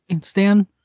Stan